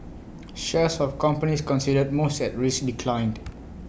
shares of companies considered most at risk declined